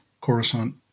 Coruscant